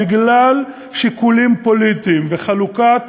בגלל שיקולים פוליטיים וחלוקת